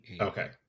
Okay